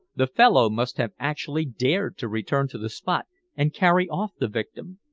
the fellow must have actually dared to return to the spot and carry off the victim.